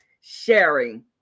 sharing